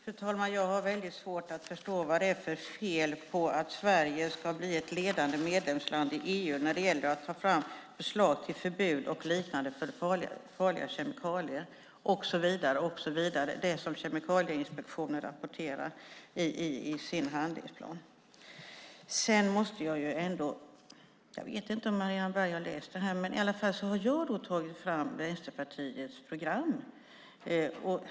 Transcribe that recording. Fru talman! Jag har väldigt svårt att förstå vad det är för fel på att Sverige ska bli ett ledande medlemsland i EU när det gäller att ta fram förslag till förbud och liknande för farliga kemikalier och så vidare, det som Kemikalieinspektionen rapporterar i sin handlingsplan. Jag vet inte om Marianne Berg har läst den här skriften, i varje fall har jag tagit fram Vänsterpartiets program.